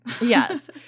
Yes